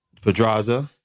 Pedraza